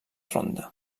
ronda